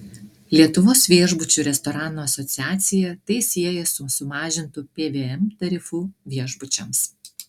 lietuvos viešbučių ir restoranų asociacija tai sieja su sumažintu pvm tarifu viešbučiams